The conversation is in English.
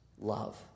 love